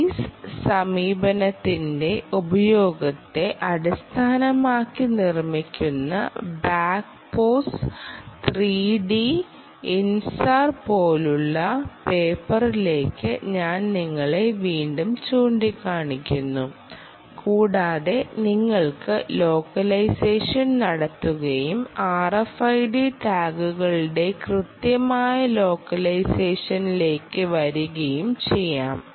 face സമീപനത്തിന്റെ ഉപയോഗത്തെ അടിസ്ഥാനമാക്കി നിർമ്മിക്കുന്ന ബാക്ക് പോസ് 3 ഡി ഇൻസാർ പോലുള്ള പേപ്പറിലേക്ക് ഞാൻ നിങ്ങളെ വീണ്ടും ചൂണ്ടിക്കാണിക്കുന്നു കൂടാതെ നിങ്ങൾക്ക് ലോക്കലൈസേഷൻനടത്തുകയും RFID ടാഗുകളുടെ കൃത്യമായ ലോക്കലൈസേഷനിലേക്ക്വരികയും ചെയ്യാം